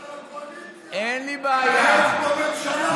אבל אתה בקואליציה, בממשלה.